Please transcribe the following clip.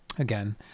again